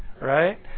right